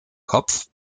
kopf